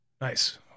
Nice